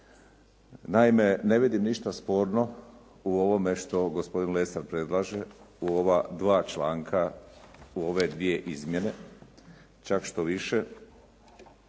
Naime ne vidim ništa sporno u ovom što gospodin Lesar predlaže u ova dva članka u ove dvije izmjene, čak što više